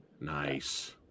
Nice